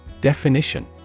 Definition